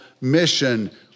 mission